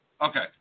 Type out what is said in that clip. Okay